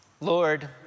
Lord